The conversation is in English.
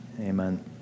Amen